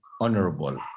honorable